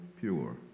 pure